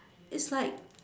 it's like